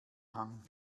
hang